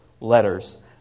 letters